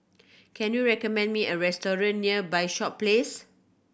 can you recommend me a restaurant near by shop Place